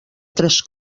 tres